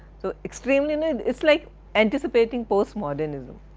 so extremely, and it is like anticipating post modernism.